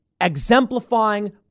Exemplifying